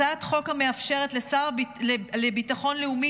הצעת חוק שמאפשרת לשר לביטחון לאומי